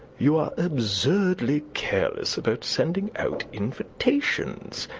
you are absurdly careless about sending out invitations.